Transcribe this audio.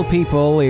People